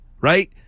right